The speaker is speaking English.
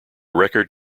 record